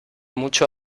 mucho